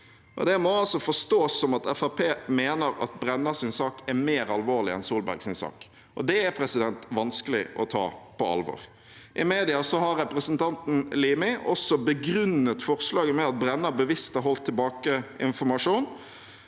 Det må forstås som at Fremskrittspartiet mener at Brennas sak er mer alvorlig enn Solbergs sak, og det er vanskelig å ta på alvor. I media har representanten Limi også begrunnet forslaget med at Brenna bevisst har holdt tilbake informasjon.